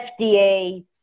FDA